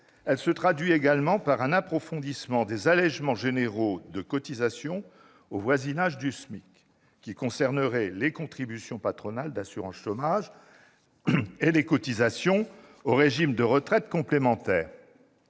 Elle se traduit également par un approfondissement des allégements généraux de cotisations au voisinage du SMIC, qui concernerait les contributions patronales d'assurance chômage et les cotisations aux régimes complémentaires